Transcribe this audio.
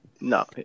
No